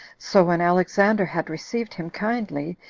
so when alexander had received him kindly,